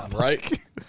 Right